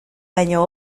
baino